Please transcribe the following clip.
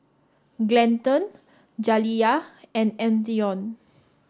Glendon Jaliyah and Antione